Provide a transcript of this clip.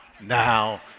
now